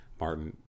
Martin